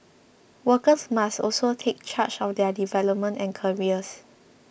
workers must also take charge of their development and careers